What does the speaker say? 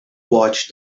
watched